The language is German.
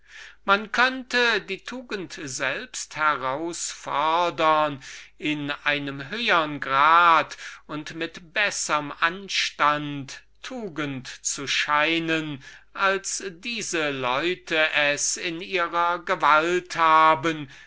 man könnte die tugend selbst herausfordern in einem höhern grad und mit besserm anstand tugend zu scheinen als diese leute es in ihrer gewalt haben